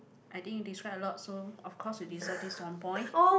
I think you describe a lot so of course you deserve this one point